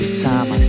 time